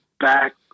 back